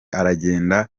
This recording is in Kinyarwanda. aragenda